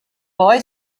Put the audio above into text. boy